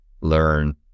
learn